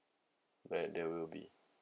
where there will be